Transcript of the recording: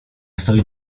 stoi